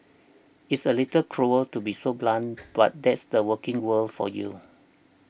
it's a little cruel to be so blunt but that's the working world for you